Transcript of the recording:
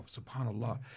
subhanallah